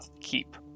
keep